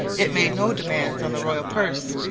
it made no demands on the royal purse.